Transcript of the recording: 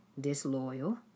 disloyal